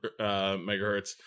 megahertz